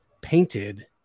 painted